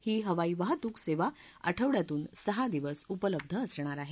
ही हवाई वाहतूक सेवा आठवड्यातून सहा दिवस उपलब्ध असणार आहे